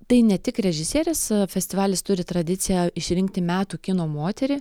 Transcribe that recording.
tai ne tik režisierės festivalis turi tradiciją išrinkti metų kino moterį